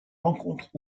rencontrent